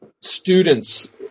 students